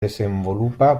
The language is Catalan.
desenvolupa